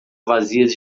vazias